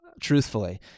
truthfully